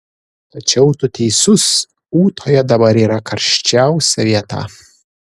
tačiau tu teisus ūtoje dabar yra karščiausia vieta